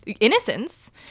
innocence